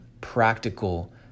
practical